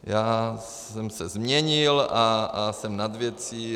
Já jsem se změnil a jsem nad věcí.